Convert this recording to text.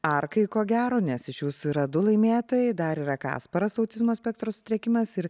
arkai ko gero nes iš jūsų yra du laimėtojai dar yra kasparas autizmo spektro sutrikimas ir